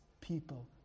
people